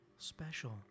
Special